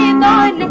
and nine and